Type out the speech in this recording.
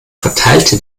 verteilte